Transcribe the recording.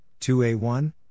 2a1